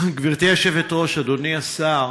גברתי היושבת-ראש, אדוני השר,